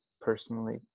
personally